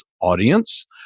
audience